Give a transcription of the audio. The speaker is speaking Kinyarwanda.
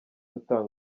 utanga